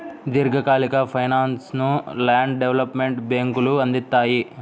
దీర్ఘకాలిక ఫైనాన్స్ను land development బ్యేంకులు అందిత్తాయి